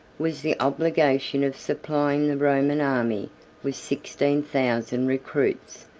was the obligation of supplying the roman army with sixteen thousand recruits,